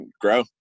grow